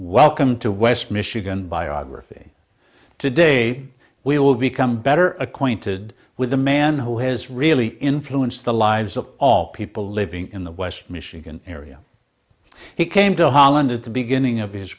welcome to west michigan biography today we will become better acquainted with a man who has really influenced the lives of all people living in the west michigan area he came to holland at the beginning of his